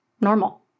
normal